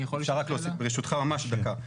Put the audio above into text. אפשר רק ברשותך, ממש דקה.